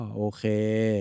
okay